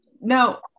no